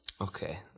Okay